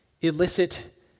illicit